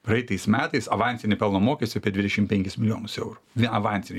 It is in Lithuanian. praeitais metais avansinį pelno mokestį apie dvidešim penkis milijonus eurų vien avansinį